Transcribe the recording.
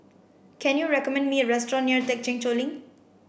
can you recommend me a restaurant near Thekchen Choling